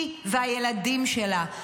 היא והילדים שלה.